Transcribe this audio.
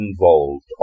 involved